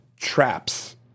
traps